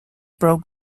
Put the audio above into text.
broke